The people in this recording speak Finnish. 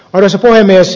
arvoisa puhemies